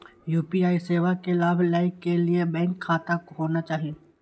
UPI सेवा के लाभ लै के लिए बैंक खाता होना चाहि?